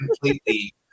completely